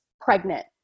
pregnant